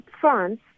France